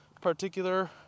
particular